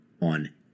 on